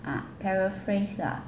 ah paraphrase lah